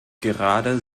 gerade